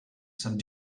some